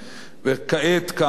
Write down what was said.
וכעת כאמור,